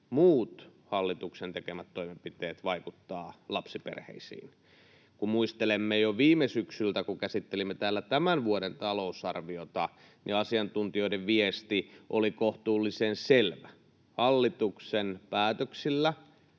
muut hallituksen tekemät toimenpiteet vaikuttavat lapsiperheisiin. Jos muistelemme jo viime syksyltä, kun käsittelimme täällä tämän vuoden talousarviota, niin asiantuntijoiden viesti oli kohtuullisen selvä: hallituksen päätöksillä